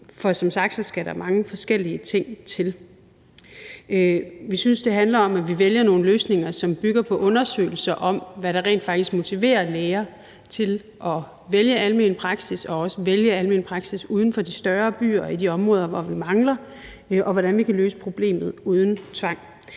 for som sagt skal der mange forskellige ting til. Vi synes, det handler om, at vi vælger nogle løsninger, som bygger på undersøgelser om, hvad der rent faktisk motiverer læger til at vælge almen praksis og også vælge almen praksis uden for de større byer og i de områder, hvor vi mangler, og hvordan vi kan løse problemet uden tvang.